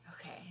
Okay